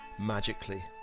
magically